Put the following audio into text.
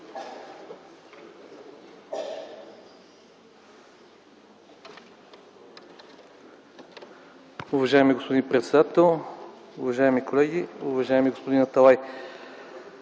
Уважаеми господин председател, уважаеми колеги! Уважаеми господин Аталай,